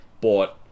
bought